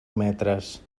metres